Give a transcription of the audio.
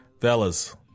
fellas